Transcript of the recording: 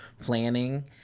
planning